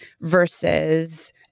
versus